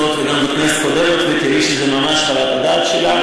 אני אעלה על הדוכן ואני אקריא את חוות הדעת שלה.